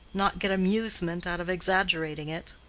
not get amusement out of exaggerating it.